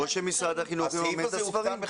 או שמשרד החינוך יממן את הספרים.